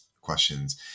questions